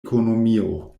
ekonomio